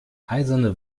eiserne